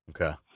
Okay